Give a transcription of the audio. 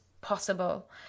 possible